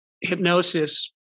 hypnosis